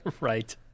Right